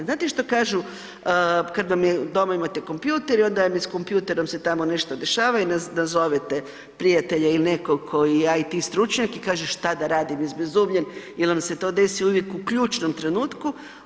Znate što kažu kad vam je, doma imate kompjuter i onda vam je s kompjuterom se tamo nešto dešava i nazovete prijatelja ili nego tko je IT stručnjak i kaže što da radim, izbezumljen jer vam se to desi uvijek u ključnom trenutku.